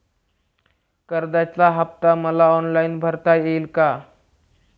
कर्जाचा हफ्ता मला ऑनलाईन भरता येईल का?